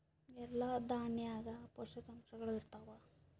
ಎಲ್ಲಾ ದಾಣ್ಯಾಗ ಪೋಷಕಾಂಶಗಳು ಇರತ್ತಾವ?